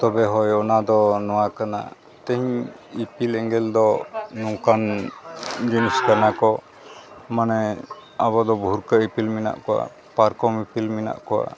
ᱛᱚᱵᱮ ᱦᱳᱭ ᱚᱱᱟ ᱫᱚ ᱱᱚᱣᱟ ᱠᱟᱱᱟ ᱛᱮᱦᱤᱧ ᱤᱯᱤᱞ ᱮᱸᱜᱮᱞ ᱫᱚ ᱱᱚᱝᱠᱟᱱ ᱡᱤᱱᱤᱥ ᱠᱟᱱᱟ ᱠᱚ ᱢᱟᱱᱮ ᱟᱵᱚ ᱫᱚ ᱵᱷᱩᱨᱠᱟᱹ ᱤᱯᱤᱞ ᱢᱮᱱᱟᱜ ᱠᱚᱣᱟ ᱯᱟᱨᱠᱚᱢ ᱤᱯᱤᱞ ᱢᱮᱱᱟᱜ ᱠᱚᱣᱟ